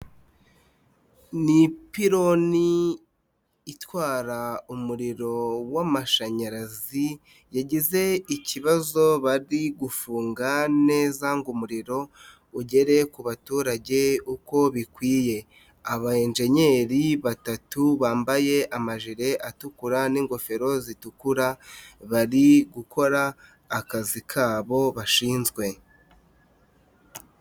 Ni pironi itwara umuriro w'amashanyarazi, yagize ikibazo bari gufunga neza ngo umuriro ugere ku baturage uko bikwiye, abayenjenyeri batatu bambaye amajire atukura n'ingofero zitukura, bari gukora akazi kabo bashinzwe.